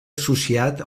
associat